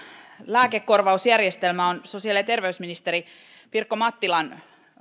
lääkekorvausjärjestelmä on sosiaali ja terveysministeri pirkko mattilan